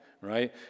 right